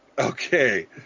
Okay